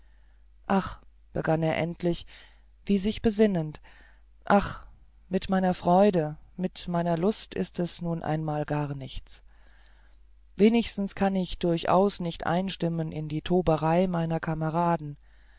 ach begann er endlich wie sich besinnend ach mit meiner freude mit meiner lust ist es nun einmal gar nichts wenigstens kann ich durchaus nicht einstimmen in die toberei meiner kameraden